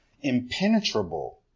impenetrable